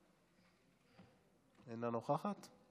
אינה נוכחת.